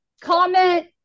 comment